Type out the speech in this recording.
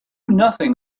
nothing